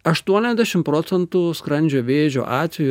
aštuoniasdešim procentų skrandžio vėžio atvejų